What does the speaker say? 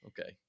okay